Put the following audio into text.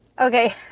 Okay